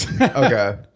Okay